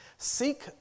Seek